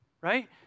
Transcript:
Right